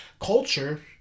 culture